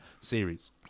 series